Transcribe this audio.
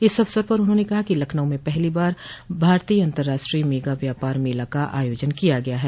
इस अवसर पर उन्होंने कहा कि लखनऊ में पहली बार भारतीय अंतर्राष्ट्रीय मेगा व्यापार मेला का आयोजन किया गया है